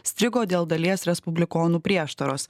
strigo dėl dalies respublikonų prieštaros